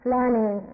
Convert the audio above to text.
Learning